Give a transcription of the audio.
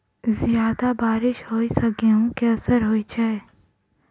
जियादा बारिश होइ सऽ गेंहूँ केँ असर होइ छै?